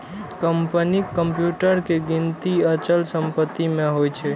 कंपनीक कंप्यूटर के गिनती अचल संपत्ति मे होइ छै